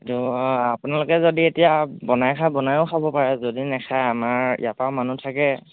ত' আপোনালোকে যদি এতিয়া বনাই খাই বনায়ো খাব পাৰে যদি নাখায় আমাৰ ইয়াৰা পাও মানুহ থাকে